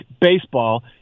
baseball